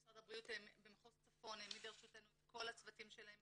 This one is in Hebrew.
משרד הבריאות במחוז צפון העמיד לרשותנו את כל הצוותים שלהם